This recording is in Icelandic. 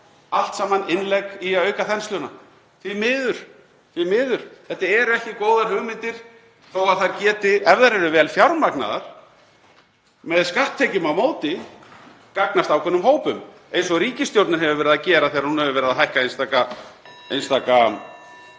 allt saman innlegg í að auka þensluna, því miður. Þetta eru ekki góðar hugmyndir þó að þær geti, ef þær eru vel fjármagnaðar með skatttekjum á móti, gagnast ákveðnum hópum, eins og ríkisstjórnin hefur verið að gera þegar hún hefur verið að hækka einstaka